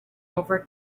over